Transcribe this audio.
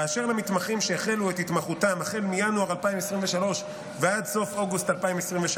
באשר למתמחים שהחלו את התמחותם החל מינואר 2023 ועד סוף אוגוסט 2023,